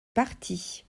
parti